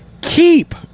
keep